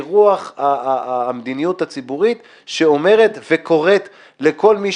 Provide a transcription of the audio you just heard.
ברוח המדיניות הציבורית שקוראת לכל מי